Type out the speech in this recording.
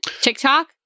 TikTok